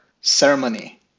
ceremony